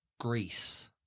Greece